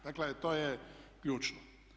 Dakle, to je ključno.